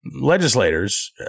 legislators